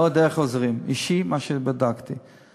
לא יודע איך עוזרים, מה שבדקתי אישית.